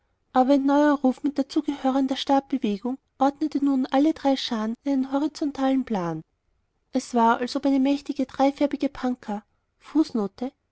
aber ein neuer ruf mit dazugehörender stabbewegung ordnete nun alle drei scharen in einen horizontalen plan es war als ob eine mächtige dreifarbige pankhadie